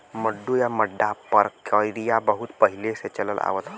मड्डू या मड्डा परकिरिया बहुत पहिले से चलल आवत ह